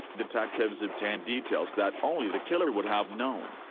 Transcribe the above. detectives obtained details that only the killer would have known,